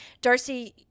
Darcy